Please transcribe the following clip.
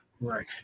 Right